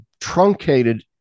truncated